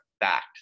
fact